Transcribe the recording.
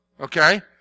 Okay